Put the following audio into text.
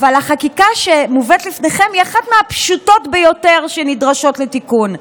החקיקה שמובאת לפניכם היא אחת מהפשוטות ביותר שנדרשות לתיקון.